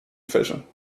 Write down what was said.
fishing